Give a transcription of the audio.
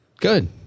Good